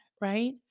right